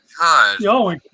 Y'all